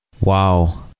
Wow